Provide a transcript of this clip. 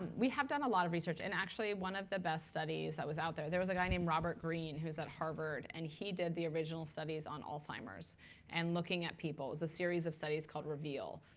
we have done a lot of research. and actually, one of the best studies that was out there there was a guy named robert green, who was at harvard. and he did the original studies on alzheimer's and looking at people. it was a series of studies called reveal,